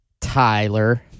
Tyler